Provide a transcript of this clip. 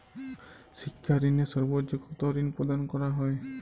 শিক্ষা ঋণে সর্বোচ্চ কতো ঋণ প্রদান করা হয়?